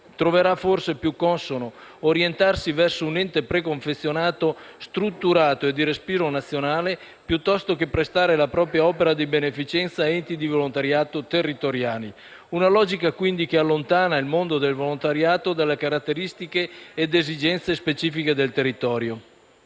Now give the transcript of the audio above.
troverà forse più consono orientarsi verso un ente preconfezionato strutturato e di respiro nazionale piuttosto che prestare la propria opera di beneficenza a enti di volontariato territoriali. Una logica quindi che allontana il mondo del volontariato dalle caratteristiche ed esigenze specifiche del territorio.